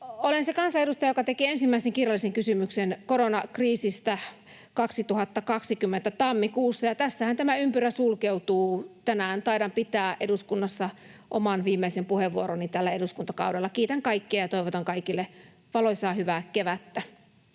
Olen se kansanedustaja, joka teki ensimmäisen kirjallisen kysymyksen koronakriisistä 2020 tammikuussa, ja tässähän tämä ympyrä sulkeutuu. Tänään taidan pitää eduskunnassa oman viimeisen puheenvuoroni tällä eduskuntakaudella. Kiitän kaikkia ja toivotan kaikille valoisaa, hyvää kevättä.